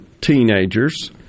teenagers